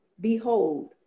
behold